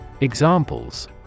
Examples